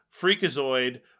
Freakazoid